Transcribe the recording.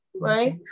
right